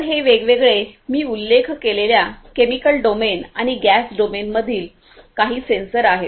तर हे वेगवेगळे मी उल्लेख केलेल्या केमिकल डोमेन आणि गॅस डोमेन मधील काही सेन्सर आहेत